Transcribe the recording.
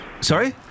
Sorry